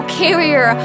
carrier